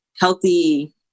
healthy